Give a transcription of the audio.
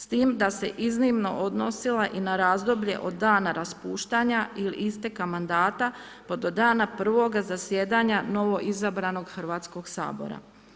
S time da se iznimno odnosila i na razdoblje od dana raspuštanja ili isteka mandata pa do dana prvoga zasjedanja novo izabranog Hrvatskog sabora.